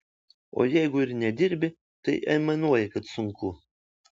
o jeigu ir nedirbi tai aimanuoji kad sunku